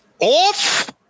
Off